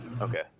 Okay